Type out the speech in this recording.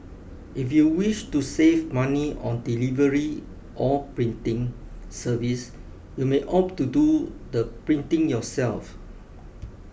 if you wish to save money on delivery or printing service you may opt to do the printing yourself